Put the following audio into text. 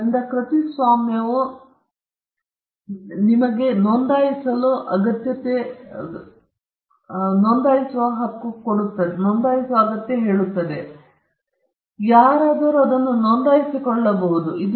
ಆದ್ದರಿಂದ ಕೃತಿಸ್ವಾಮ್ಯವು ಅದನ್ನು ವಿನಂತಿಸಲು ನೀವು ನೋಂದಾಯಿಸಬೇಕಾದ ಅಗತ್ಯತೆ ಇರುವಂತಹ ವಿನಾಯಿತಿಯಾಗಿದೆ ಆದರೆ ನೋಂದಣಿ ಸಾಧ್ಯತೆಯಿದೆ ಇದರಲ್ಲಿ ನೀವು ಅದನ್ನು ನೋಂದಾಯಿಸಿಕೊಳ್ಳಬಹುದು